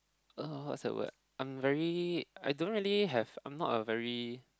uh what's that word I'm very I don't really have I'm not a very